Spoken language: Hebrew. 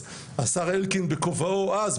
אז השר אלקין בכובעו אז,